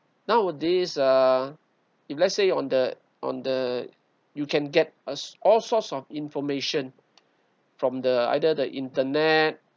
nowadays uh if let's say on the on the you can get us all sorts of information from the either the internet